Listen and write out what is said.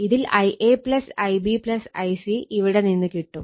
ഇതിൽ Ia Ib Ic ഇവിടെ നിന്ന് കിട്ടും